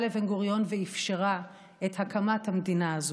לבן-גוריון ואפשרה את הקמת המדינה הזאת.